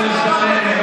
ואני יודע מה זה לשלם,